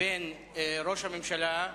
בין ראש הממשלה,